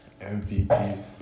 MVP